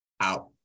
out